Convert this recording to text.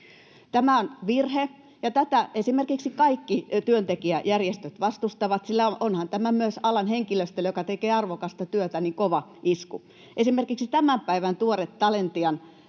Tämä on virhe, ja tätä esimerkiksi kaikki työntekijäjärjestöt vastustavat, sillä onhan tämä myös alan henkilöstölle, joka tekee arvokasta työtä, kova isku. Esimerkiksi tämän päivän tuore Talentian